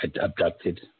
abducted